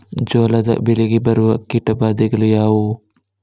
ಜೋಳದ ಬೆಳೆಗೆ ಬರುವ ಕೀಟಬಾಧೆಗಳು ಯಾವುವು?